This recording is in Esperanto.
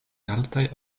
altaj